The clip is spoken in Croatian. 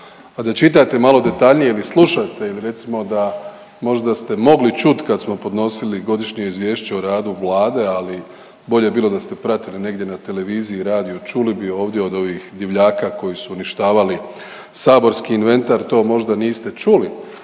a da čitate malo detaljnije ili slušate ili recimo da možda ste mogli čuti kad smo podnosili godišnje izvješće o radu Vlade, ali bolje bi bilo da ste pratili negdje na televiziji, radiju, čuli bi ovdje od ovih divljaka koji su uništavali saborski inventar to možda niste čuli.